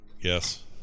Yes